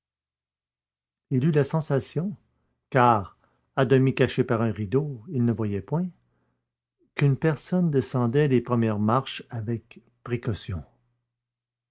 il eut la sensation car à demi caché par un rideau il ne voyait point quune personne descendait les premières marches avec précaution